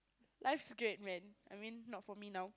life great man I mean look at me now